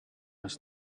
was